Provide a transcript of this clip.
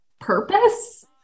purpose